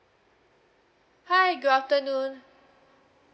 hi good afternoon